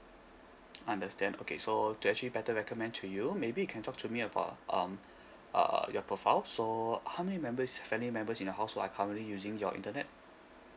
understand okay so to actually better recommend to you maybe you can talk to me about um uh your profile so how many members family members in the house who are currently using your internet